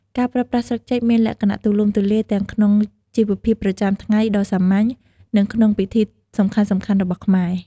ការប្រើប្រាស់ស្លឹកចេកមានលក្ខណៈទូលំទូលាយ ទាំងក្នុង ជីវភាពប្រចាំថ្ងៃដ៏សាមញ្ញ និងក្នុងពិធីសំខាន់ៗ របស់ខ្មែរ។